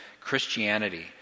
Christianity